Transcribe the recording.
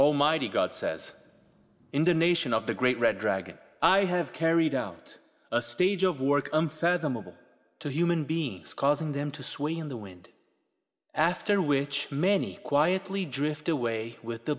almighty god says in the nation of the great red dragon i have carried out a stage of work and said a mobile to human beings causing them to sway in the wind after which many quietly drift away with